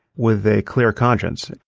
with a clear conscience.